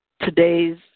today's